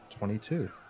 Twenty-two